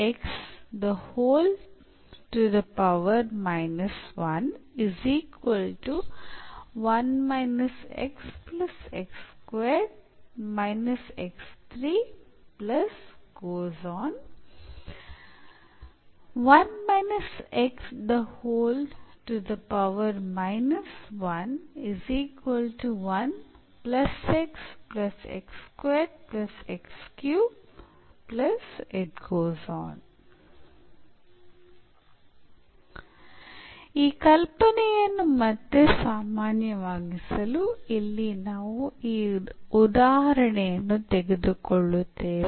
ಈ ಕಲ್ಪನೆಯನ್ನು ಮತ್ತೆ ಸಾಮಾನ್ಯವಾಗಿಸಲು ಇಲ್ಲಿ ನಾವು ಈ ಉದಾಹರಣೆಯನ್ನು ತೆಗೆದುಕೊಳ್ಳುತ್ತೇವೆ